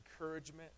encouragement